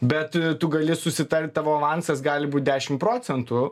bet tu gali susitart tavo avansas gali būti dešimt procentų